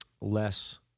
less